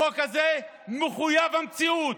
החוק הזה מחויב המציאות.